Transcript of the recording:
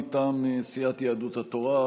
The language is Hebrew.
מטעם סיעת יהדות התורה,